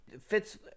fits